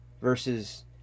versus